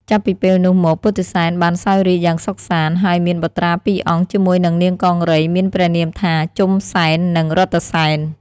ចាប់ពីពេលនោះមកពុទ្ធិសែនបានសោយរាជ្យយ៉ាងសុខសាន្ត ហើយមានបុត្រាពីរអង្គជាមួយនឹងនាងកង្រីមានព្រះនាមថា ជុំសែន និង រថសែន។